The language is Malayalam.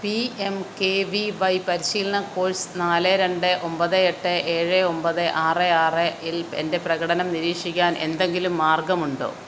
P M K V Y പരിശീലന കോഴ്സ് നാല് രണ്ട് ഒമ്പത് എട്ട് ഏഴ് ഒമ്പത് ആറ് ആറിൽ എൻ്റെ പ്രകടനം നിരീക്ഷിക്കാൻ എന്തെങ്കിലും മാർഗമുണ്ടോ